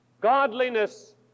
Godliness